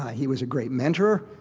he was a great mentor.